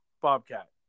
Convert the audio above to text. Bobcat